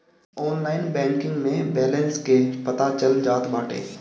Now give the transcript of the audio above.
online banking में balance के पता चल जात बाटे